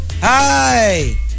Hi